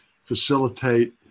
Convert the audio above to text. facilitate